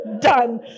Done